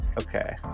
okay